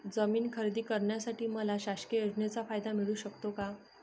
जमीन खरेदी करण्यासाठी मला शासकीय योजनेचा फायदा मिळू शकतो का?